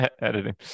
editing